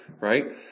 right